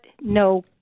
no